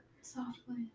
Softly